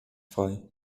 frei